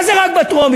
מה זה "רק בטרומית"?